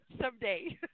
someday